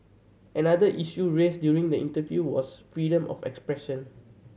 another issue raised during the interview was freedom of expression